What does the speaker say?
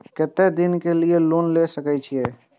केते दिन के लिए लोन ले सके छिए?